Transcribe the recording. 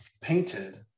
painted